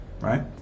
right